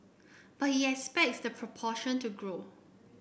but he expects the proportion to grow